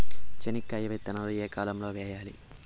చెనక్కాయ విత్తనాలు ఏ కాలం లో వేయాలి?